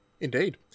Indeed